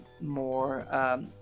more